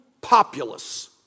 populace